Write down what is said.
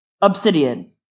Obsidian